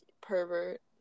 Pervert